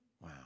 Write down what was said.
Wow